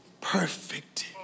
perfect